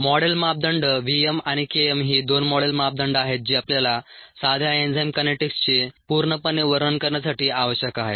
model मापदंड v m आणि K m ही दोन मॉडेल मापदंड आहेत जी आपल्याला साध्या एन्झाईम कायनेटिक्सचे पूर्णपणे वर्णन करण्यासाठी आवश्यक आहेत